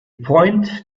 point